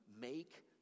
make